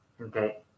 okay